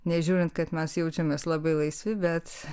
nežiūrint kad mes jaučiamės labai laisvi bet